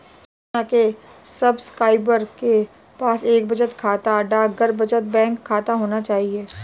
योजना के सब्सक्राइबर के पास एक बचत बैंक खाता, डाकघर बचत बैंक खाता होना चाहिए